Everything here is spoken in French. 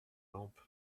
lampe